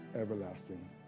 everlasting